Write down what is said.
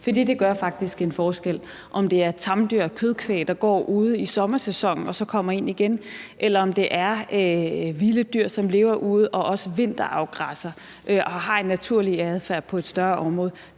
For det gør faktisk en forskel, om det er tamdyr og kødkvæg, der går ude i sommersæsonen og så kommer ind igen, eller om det er vilde dyr, som lever ude og også vinterafgræsser og har en naturlig adfærd på et større område.